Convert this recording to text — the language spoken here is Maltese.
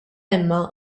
imma